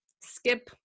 skip